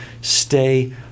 stay